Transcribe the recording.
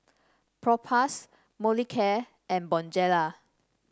Propass Molicare and Bonjela